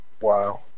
Wow